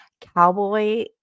cowboy